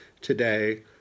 today